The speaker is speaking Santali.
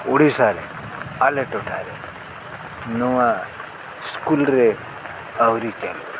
ᱩᱲᱤᱥᱥᱟ ᱨᱮ ᱟᱞᱮ ᱴᱚᱴᱷᱟᱨᱮ ᱱᱚᱣᱟ ᱤᱥᱠᱩᱞ ᱨᱮ ᱟᱹᱣᱨᱤ ᱪᱟᱹᱞᱩᱜᱼᱟ